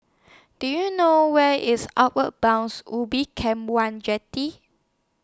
Do YOU know Where IS Outward Bounds Ubin Camp one Jetty